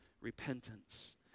repentance